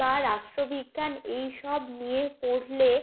বা রাষ্ট্রবিজ্ঞান এই সব নিয়ে পড়লে